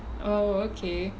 oh okay